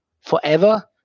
forever